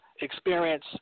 Experience